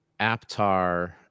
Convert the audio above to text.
Aptar